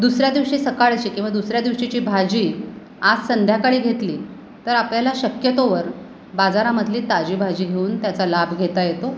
दुसऱ्या दिवशी सकाळची किंवा दुसऱ्या दिवशीची भाजी आज संध्याकाळी घेतली तर आपल्याला शक्यतोवर बाजारामधली ताजी भाजी घेऊन त्याचा लाभ घेता येतो